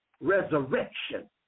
resurrection